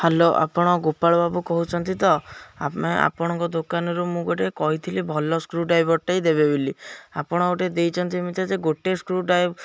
hello ଆପଣ ଗୋପାଳ ବାବୁ କହୁଛନ୍ତି ତ ଆମେ ଆପଣଙ୍କ ଦୋକାନରୁ ମୁଁ ଗୋଟେ କହିଥିଲି ଭଲ ସ୍କ୍ରୁଡ୍ରାଇଭରଟେ ଦେବେ ବୋଲି ଆପଣ ଗୋଟେ ଦେଇନ୍ତି ଏମିତି ଯେ ଗୋଟେ ସ୍କ୍ରୁଡ଼ାଇଭ୍